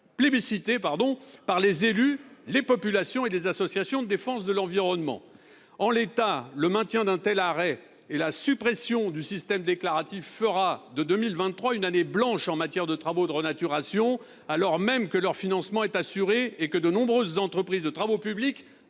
plébiscités par les élus, les populations et les associations de défense de l'environnement. En l'état, le maintien d'un tel arrêt et la suppression du « système déclaratif » feront de 2023 une année blanche en matière de travaux de renaturation, alors même que leur financement est assuré et que de nombreuses entreprises de travaux publics